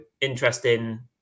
interesting